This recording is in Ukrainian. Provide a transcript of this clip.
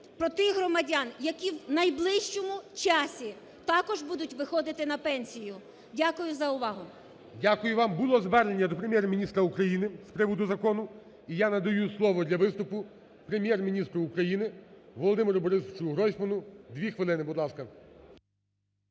про тих громадян, які в найближчому часі також будуть виходити на пенсію. Дякую за увагу. ГОЛОВУЮЧИЙ. Дякую вам. Було звернення до Прем'єр-міністра України з приводу закону. І я надаю слово для виступу Прем'єр-міністру України Володимиру Борисовичу Гройсману дві хвилини, будь ласка.